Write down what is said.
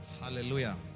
Hallelujah